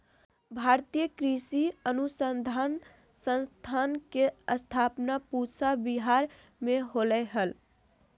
भारतीय कृषि अनुसंधान संस्थान के स्थापना पूसा विहार मे होलय हल